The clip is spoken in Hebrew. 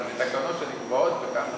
אבל אלה תקנות שנקבעות, וכך וכך.